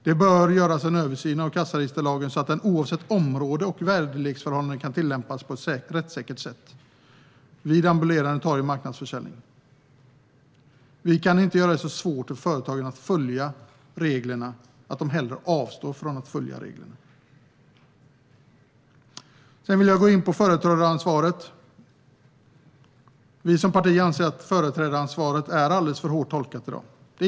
Det bör göras en översyn av kassaregisterlagen så att den oavsett område och väderleksförhållanden kan tillämpas på ett rättssäkert sätt vid ambulerande torg och marknadsförsäljning. Vi kan inte göra det så svårt för företagarna att följa reglerna att de hellre avstår från att göra det. Sedan vill jag gå in på företrädaransvaret. Vi som parti anser att det är alldeles för hårt tolkat i dag.